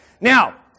Now